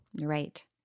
Right